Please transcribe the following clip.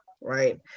right